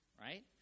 right